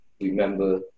remember